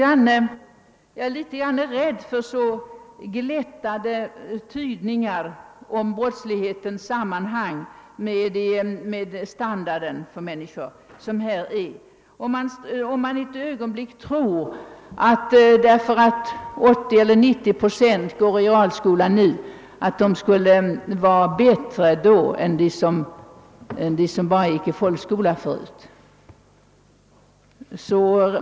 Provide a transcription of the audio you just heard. Annars är jag litet rädd för så glättade tydningar om brottslighetens sammanhang med standarden för människorna, rädd för tron att de 80 eller 90 procent som nu går i realskola skulle bli mindre kriminella än de som förut bara gick i folkskola.